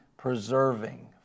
preserving